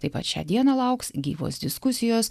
taip pat šią dieną lauks gyvos diskusijos